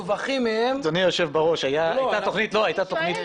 כדי שנוכל לבקר